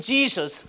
Jesus